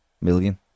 million